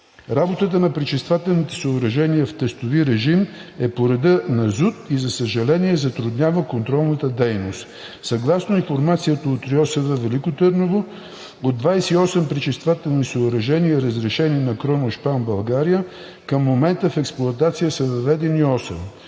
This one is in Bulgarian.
Работата на пречиствателните съоръжения в тестови режим е по реда на ЗУТ и, за съжаление, затруднява контролната дейност. Съгласно информацията от РИОСВ – Велико Търново от 28 пречиствателни съоръжения, разрешени на „Кроношпан България“, към момента в експлоатация са въведени 8.